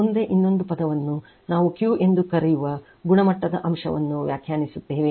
ಮುಂದೆ ಇನ್ನೊಂದು ಪದವನ್ನು ನಾವು Q ಎಂದು ಕರೆಯುವ ಗುಣಮಟ್ಟದ ಅಂಶವನ್ನು ವ್ಯಾಖ್ಯಾನಿಸುತ್ತೇವೆ